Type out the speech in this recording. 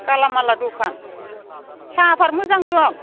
गेलामाल दखान साह पात मोजां दं